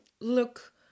look